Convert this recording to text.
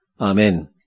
Amen